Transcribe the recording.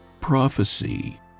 prophecy